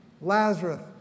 Lazarus